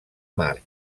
mart